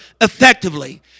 effectively